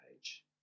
page